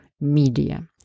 media